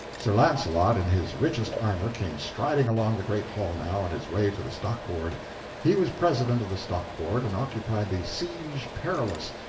sir launcelot, in his richest armor, came striding along the great hall now on his way to the stock-board he was president of the stock-board, and occupied the siege perilous,